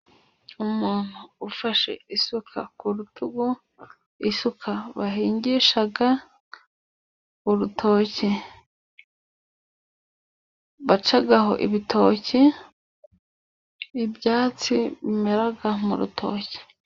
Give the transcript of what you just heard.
Umuntu ufashe isuka ku rutugu, isuka bahingisha, urutoki bacaho ibitoke, ibyatsi bimera mu rutoki.